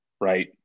right